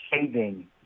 saving